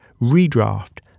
redraft